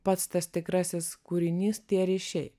pats tas tikrasis kūrinys tie ryšiai